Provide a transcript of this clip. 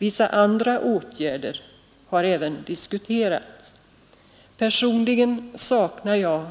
Vissa andra åtgärder har även diskuterats. Personligen saknar jag